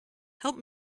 help